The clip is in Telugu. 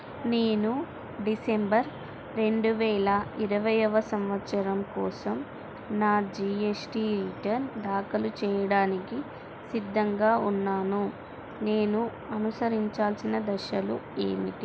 నేను డిసెంబర్ రెండు వేల ఇరవైయవ సంవత్సరం కోసం నా జీ ఎస్ టీ రిటర్న్ దాఖలు చెయ్యడానికి సిద్ధంగా ఉన్నాను నేను అనుసరించాల్సిన దశలు ఏమిటి